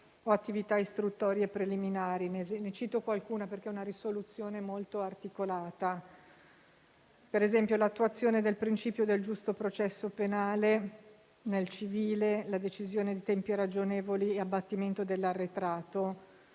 o attività istruttorie preliminari. Ne cito qualcuna perché si tratta di una risoluzione molto articolata: per esempio, l'attuazione del principio del giusto processo penale; nel civile, la decisione di tempi ragionevoli e abbattimento dell'arretrato.